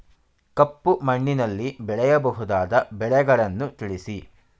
ಕಪ್ಪು ಮಣ್ಣಿನಲ್ಲಿ ಬೆಳೆಯಬಹುದಾದ ಬೆಳೆಗಳನ್ನು ತಿಳಿಸಿ?